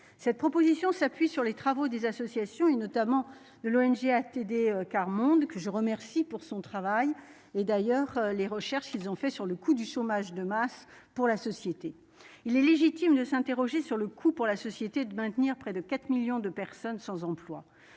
cette proposition s'appuie sur les travaux des associations et, notamment, de l'ONG ATD quart Monde, que je remercie pour son travail et d'ailleurs les recherches, ils ont fait sur le coût du chômage de masse pour la société, il est légitime de s'interroger sur le coût pour la société de maintenir près de 4 millions de personnes sans emploi,